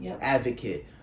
advocate